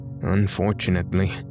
Unfortunately